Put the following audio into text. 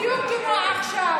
בדיוק כמו עכשיו.